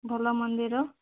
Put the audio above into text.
ଭଲ ମନ୍ଦିର